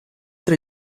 tra